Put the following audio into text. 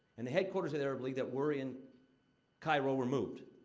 and the headquarters at arab league that were in cairo were moved.